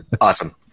Awesome